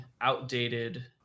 outdated